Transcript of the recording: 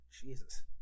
jesus